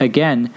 Again